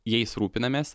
jais rūpinamės